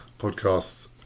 podcasts